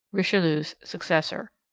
richelieu's successor.